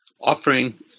offering